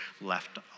left